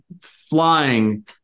flying